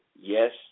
yes